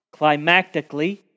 Climactically